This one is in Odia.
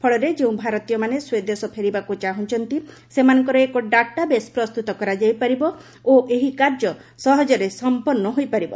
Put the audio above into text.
ଫଳରେ ଯେଉଁ ଭାରତୀୟମାନେ ସ୍ୱଦେଶ ପେରିବାକୁ ଚାହୁଁଛନ୍ତି ସେମାନଙ୍କର ଏକ ଡାଟାବେସ୍ ପ୍ରସ୍ତୁତ କରାଯାଇପାରିବ ଓ ଏହି କାର୍ଯ୍ୟ ସହଜରେ ସମ୍ପନ୍ଦ ହୋଇପାରିବ